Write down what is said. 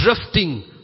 drifting